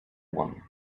one